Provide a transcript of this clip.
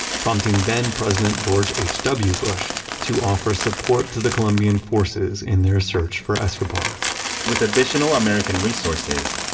prompting then president george h w. bush to offer support to the colombian forces in their search for escobar with additional american resources,